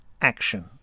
action